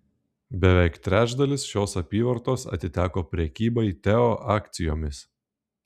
beveik trečdalis šios apyvartos atiteko prekybai teo akcijomis